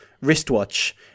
wristwatch